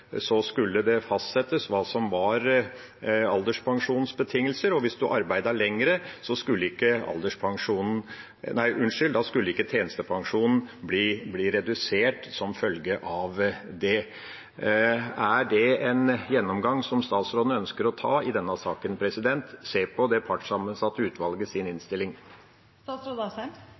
skulle det fastsettes hva som var alderspensjonsbetingelser. Hvis en arbeidet lenger, skulle ikke tjenestepensjonen bli redusert som følge av det. Er det en gjennomgang som statsråden ønsker å ta i denne saken – se på det partssammensatte